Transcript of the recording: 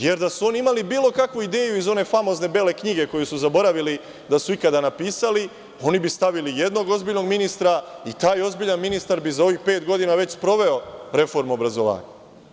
Jer, da su oni imali bilo kakvu ideju iz one famozne bele knjige koju su zaboravili da su ikada napisali, oni bi stavili jednog ozbiljnog ministra i taj ozbiljan ministar bi za ovih pet godina već sproveo reformu obrazovanja.